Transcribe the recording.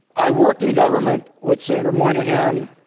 i worked in government with senator moynihan.